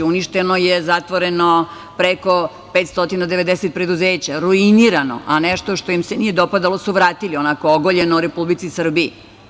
Uništeno je, zatvoreno preko 590 preduzeća, ruinirano, a nešto što im se nije dopadalo su vratili, onako ogoljeno, Republici Srbiji.